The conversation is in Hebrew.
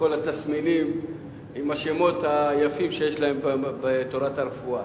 בכל התסמינים עם השמות היפים שיש להם בתורת הרפואה.